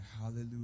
Hallelujah